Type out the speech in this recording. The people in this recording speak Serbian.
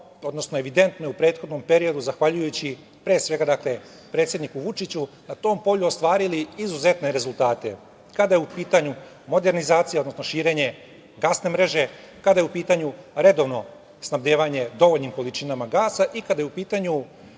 odnosno evidentno je, u prethodnom periodu, zahvaljujući predsedniku Vučiću, na tom polju ostvarili izuzetne rezultate kada je u pitanju modernizacija, odnosno širenje gasne mreže, kada je u pitanju redovno snabdevanje dovoljnim količinama gasa i kada je u pitanju